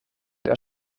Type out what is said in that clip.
der